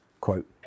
quote